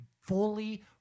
fully